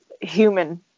human